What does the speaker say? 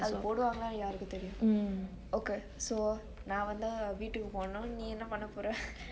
அது போடுவாங்கலா யாருக்கு தெரியு:athu poduvaangelaa yaaruku teriyu okay so நா வந்து வீட்டுக்கு போனு நீ என்ன பன்ன போர:naa vanthu veetuku ponu nee enne panne pore